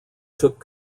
took